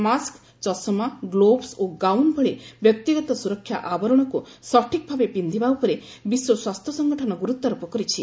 mask ଚଷମା gloves ଓ gown ଭଳି ବ୍ୟକ୍ତିଗତ ସୁରକ୍ଷା ଆବରଣକୁ ସଠିକ୍ ଭାବେ ପିନ୍ଧିବା ଉପରେ ବିଶ୍ୱ ସ୍ୱାସ୍ଥ୍ୟ ସଂଗଠନ ଗୁରୁତ୍ୱାରୋପ କରିଛି